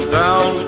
down